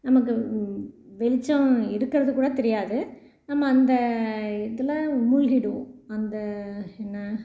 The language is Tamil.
நமக்கு வெளிச்சம் இருக்கிறது கூட தெரியாது நம்ம அந்த இதில் மூழ்கிடுவோம் அந்த என்ன